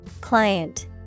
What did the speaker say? Client